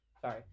Sorry